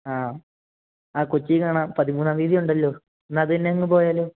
ആ ആ കൊച്ചിയിൽ കാണാം പതിമൂന്നാം തീയതി ഉണ്ടല്ലോ എന്നാൽ അത് തന്നെയങ്ങ് പോയാലോ